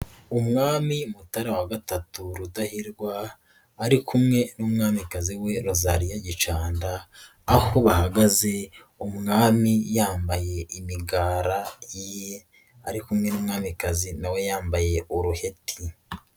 Umwami mutara wa lll Rudahigwa ari kumwe n'umwamikazi we Rosalie Gicanda, aho bahagaze umwami yambaye imigara ari kumwe n'umwamikazi nawe yambaye uruheti.